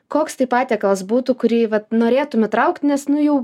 koks tai patiekalas būtų kurį vat norėtum įtraukt nes nu jau